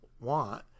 want